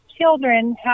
children